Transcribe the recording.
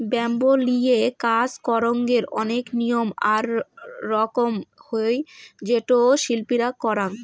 bamboo লিয়ে কাজ করঙ্গের অনেক নিয়ম আর রকম হই যেটো শিল্পীরা করাং